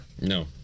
No